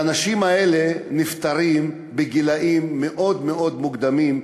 האנשים האלה נפטרים בגילים מאוד מאוד מוקדמים,